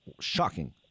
shocking